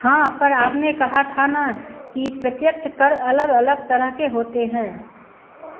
हाँ पर आपने कहा था ना कि प्रत्यक्ष कर अलग अलग तरह के होते हैं